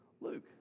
Luke